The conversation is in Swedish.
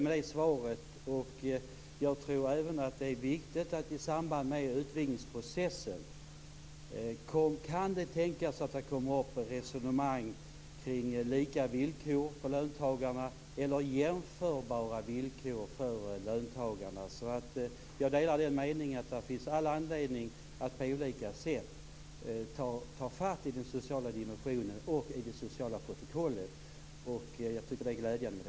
Med öppenhet för ett samarbete med fackföreningsrörelsen tror jag att man får gehör för den typen av synpunkter just nu, samtidigt som det naturligtvis också åskådliggör det utsatta i en internationellt orienterad ekonomi.